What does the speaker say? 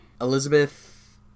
Elizabeth